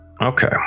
Okay